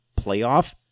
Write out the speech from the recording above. playoff